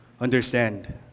understand